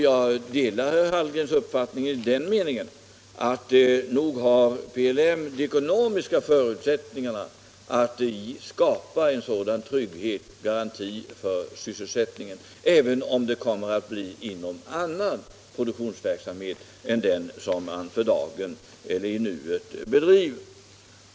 Jag delar herr Hallgrens uppfattning att PLM nog har de ekonomiska förutsättningarna att skapa en sådan trygghetsgaranti för sysselsättningen, även om det kommer att bli inom annan produktionsverksamhet än den man i nuet bedriver.